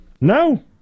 No